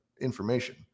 information